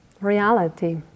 reality